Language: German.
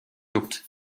juckt